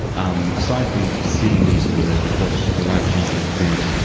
um aside from seeing these gorillas, which was a life changing experience,